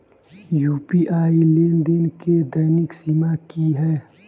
UPI लेनदेन केँ दैनिक सीमा की है?